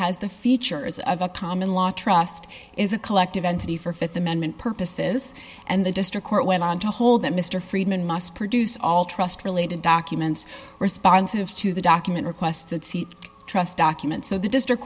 has the features of a common law trust is a collective entity for th amendment purposes and the district court went on to hold that mr friedman must produce all trussed related documents responsive to the document requested seat trust documents of the district